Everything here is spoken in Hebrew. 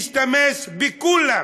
משתמש בכולם.